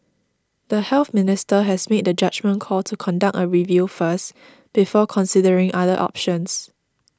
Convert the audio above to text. the Health Minister has made the judgement call to conduct a review first before considering other options